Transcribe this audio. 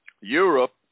Europe